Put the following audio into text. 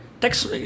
Text